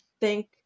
thank